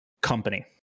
company